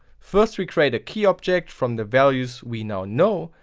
first we create a key object from the values we now know.